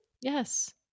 Yes